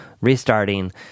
restarting